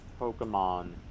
Pokemon